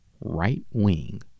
right-wing